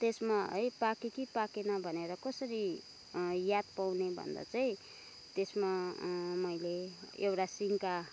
त्यसमा है पाक्यो कि पाकेन भनेर कसरी याद पाउने भन्दा चाहिँ त्यसमा मैले एउटा सिन्का